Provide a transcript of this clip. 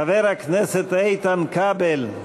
חבר הכנסת איתן כבל,